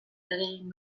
egin